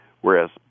Whereas